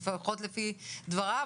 לפחות לפי דבריו,